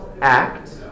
act